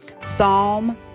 Psalm